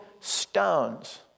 stones